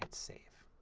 save.